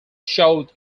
showed